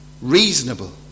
reasonable